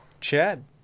Chad